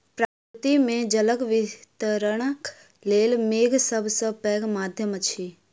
प्रकृति मे जलक वितरणक लेल मेघ सभ सॅ पैघ माध्यम अछि